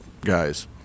guys